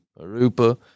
Arupa